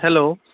hello